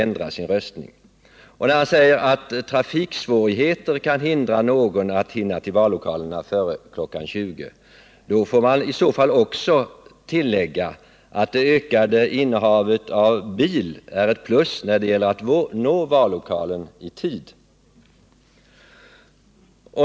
När han säger att trafiksvårigheter kan hindra någon att hinna till vallokalen före kl. 20, får man också tillägga att det ökade innehavet av bil är ett plus när det gäller att nå vallokalen i tid.